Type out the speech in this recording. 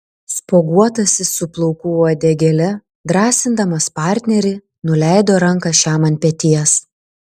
spuoguotasis su plaukų uodegėle drąsindamas partnerį nuleido ranką šiam ant peties